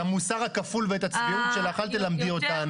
את המוסר הכפול ואת הצביעות שלך אל תלמדי אותנו.